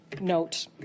note